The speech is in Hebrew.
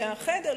בחדר,